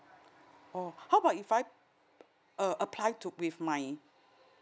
oh how about if I uh apply to with my